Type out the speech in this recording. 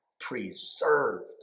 preserved